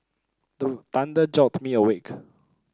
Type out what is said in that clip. the thunder jolt me awake